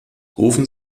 rufen